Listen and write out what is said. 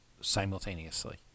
simultaneously